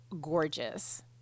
gorgeous